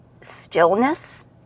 stillness